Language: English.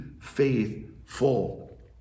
faithful